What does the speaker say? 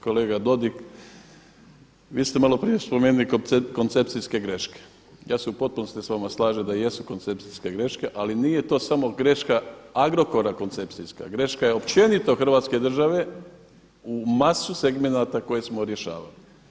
Kolega Dodig, vi ste malo prije spomenuli koncepcijske greške, ja se u potpunosti s vama slažem da jesu koncepcijske greške ali nije to samo greška Agrokora koncepcijska, greška je općenito Hrvatske države u masu segmenata koje smo rješavali.